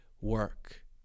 work